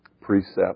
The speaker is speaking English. precept